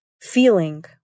feeling